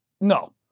No